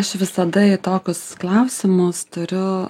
aš visada į tokius klausimus turiu